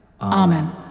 Amen